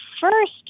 first